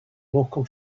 local